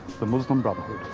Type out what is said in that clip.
the muslim brotherhood?